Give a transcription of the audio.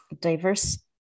diverse